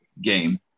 game